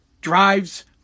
Drives